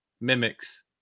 mimics